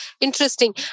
Interesting